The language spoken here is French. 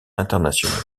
internationaux